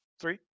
three